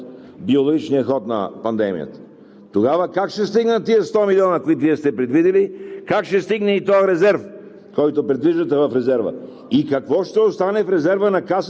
а през няколко, уважаеми колеги, защото това се налага от биологичния ход на пандемията, тогава как ще стигнат тези 100 милиона, които Вие сте предвидили, как ще стигне и този резерв,